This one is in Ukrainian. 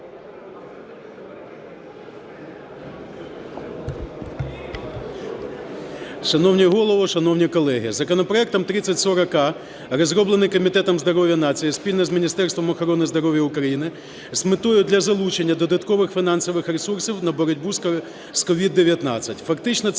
Законопроект 3040а розроблений Комітетом здоров'я нації спільно з Міністерством охорони здоров'я з метою для залучення додаткових фінансових ресурсів на боротьбу з СOVID-19.